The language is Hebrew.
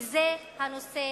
וזה הנושא